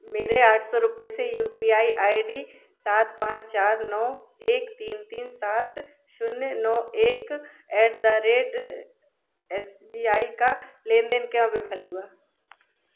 मेरे आठ सौ रुपये से U P I I D सात पाँच चार नौ एक तीन तीन सात शून्य नौ एक at the rate S B I का लेनदेन क्यों विफ़ल हुआ